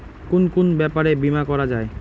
কুন কুন ব্যাপারে বীমা করা যায়?